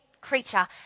creature